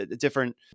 different